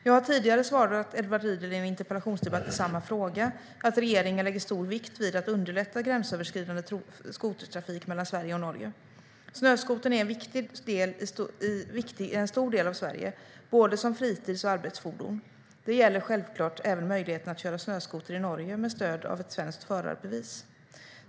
Jag har tidigare svarat Edward Riedl i en interpellationsdebatt i samma fråga att regeringen lägger stor vikt vid att underlätta gränsöverskridande skotertrafik mellan Sverige och Norge. Snöskotern är viktig i en stor del av Sverige, både som fritidsfordon och som arbetsfordon. Det gäller självklart även möjligheterna att köra snöskoter i Norge med stöd av ett svenskt förarbevis.